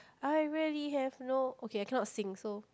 I really have no okay I cannot sing so